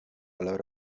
lot